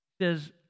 says